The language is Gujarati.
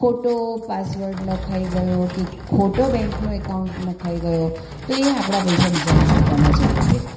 ખોટો પાસવર્ડ લખાઈ ગયો કે ખોટો બેંકનો એકાઉન્ટ નખાઈ ગયો એ આપણા પૈસા બીજાના ખાતામાં જતા રહે